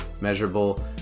measurable